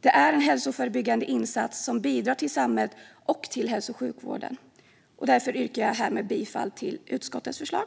Det är en hälsoförebyggande insats som bidrar till samhället och till hälso och sjukvården. Därför yrkar jag härmed bifall till utskottets förslag.